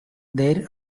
there